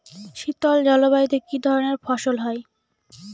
শীতল জলবায়ুতে কি ধরনের ফসল হয়?